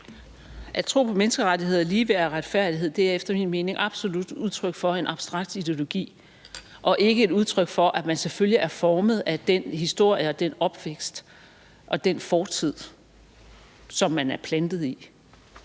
At tro på menneskerettigheder, ligeværd og retfærdighed er efter min mening absolut udtryk for en abstrakt ideologi og ikke et udtryk for, at man selvfølgelig er formet af den historie og den opvækst og den fortid, som man er plantet i.